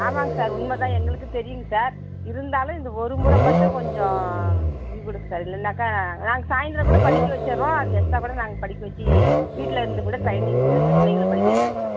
ஆமாங்க சார் உண்மை தான் எங்களுக்கும் தெரியுங்க சார் இருந்தாலும் இந்த ஒரு முறை மட்டும் கொஞ்சம் லீவ் கொடுங்க சார் இல்லைனாக்க நாங்கள் சாயந்திரம் கூட படிக்க வச்சுர்றோம் அதில் எக்ஸ்ட்ரா கூட நாங்கள் படிக்க வச்சு வீட்டில் இருந்து கூட டிரைய்னிங் எடுத்து பிள்ளைங்கள படிக்க வைக்கிறேங் சார்